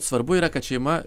svarbu yra kad šeima